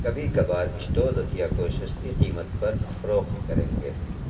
کبھی کبھار اسٹور اشیاء کو سستی قیمت پر فروخت کریں گے